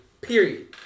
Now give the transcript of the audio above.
Period